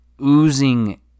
oozing